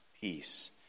peace